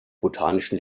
botanischen